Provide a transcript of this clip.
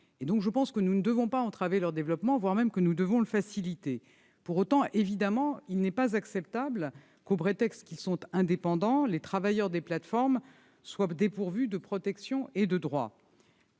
Par conséquent, nous ne devons pas entraver leur développement. Bien plus, nous devons le faciliter. Pour autant, il n'est pas acceptable que, au prétexte qu'ils sont indépendants, les travailleurs des plateformes soient dépourvus de protection et de droits.